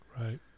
Right